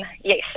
Yes